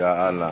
יאללה.